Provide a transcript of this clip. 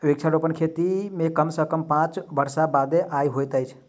वृक्षारोपण खेती मे कम सॅ कम पांच वर्ष बादे आय होइत अछि